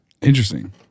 Interesting